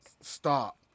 Stop